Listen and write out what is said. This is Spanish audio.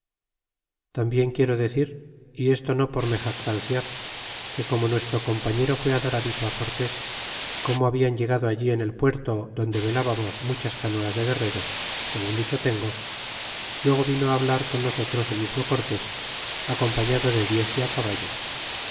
tambien quiero decir y esto no por inc jactanciar que como nuestro compañero fué á dar aviso cortés como habian llegado allí en el puerto donde velábamos muchas canoas de guerreros segun dicho tengo luego vino a hablar con nosotros el mismo cortés acompañado de diez de á caballo